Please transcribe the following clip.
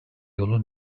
yolu